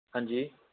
हां जी